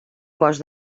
cos